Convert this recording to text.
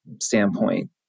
standpoint